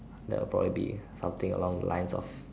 that'll probably be something along the lines of